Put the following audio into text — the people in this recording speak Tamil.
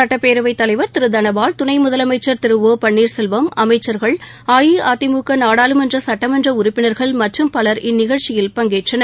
சுட்டப்பேரவை தலைவா் திரு தனபால் துணை முதலமைச்சா் திரு ஒ பன்னீா் செல்வம் அமைச்சா்கள் அஇஅதிமுக நாடாளுமன்ற சட்டமன்ற உறுப்பினர்கள் மற்றும் பலர் இந்நிகழ்ச்சியில் பங்கேற்றனர்